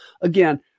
again